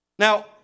Now